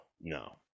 no